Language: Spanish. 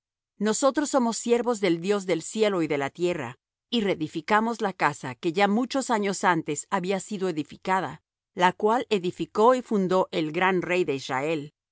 nosotros somos siervos de dios del cielo y de la tierra y reedificamos la casa que ya muchos años antes había sido edificada la cual edificó y fundó el gran rey de israel